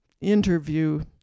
interview